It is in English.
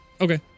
Okay